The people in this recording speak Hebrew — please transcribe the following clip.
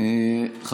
סעיף 1 נתקבל.